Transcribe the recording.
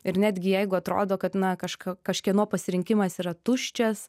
ir netgi jeigu atrodo kad na kažk kažkieno pasirinkimas yra tuščias